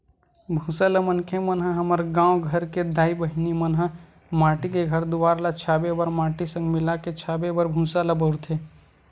भूसा ल मनखे मन ह हमर गाँव घर के दाई बहिनी मन ह माटी के घर दुवार ल छाबे बर माटी संग मिलाके छाबे बर भूसा ल बउरथे